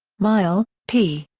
mialle, p.